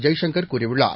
ஜெய்சங்கர் கூறியுள்ளார்